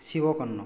Shiva Karna